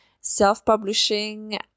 self-publishing